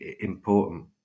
important